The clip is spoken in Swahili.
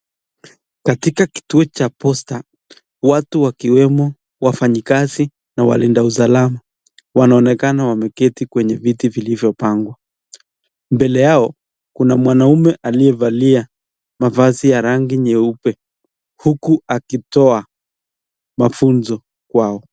Katika kituo cha posta watu wakiwemo wafanyakazi na walinda usalama wanaonekana wameketi kwenye viti vilivyopangwa. Mbele yao kuna mwanaume aliyevalia mavazi ya rangi nyeupe huku akitoa mafunzo kwao.